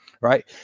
Right